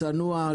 צנוע,